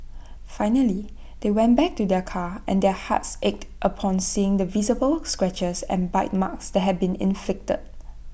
finally they went back to their car and their hearts ached upon seeing the visible scratches and bite marks that had been inflicted